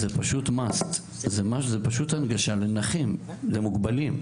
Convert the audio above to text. זה פשוט MUST. זה פשוט הנגשה לנכים, למוגבלים.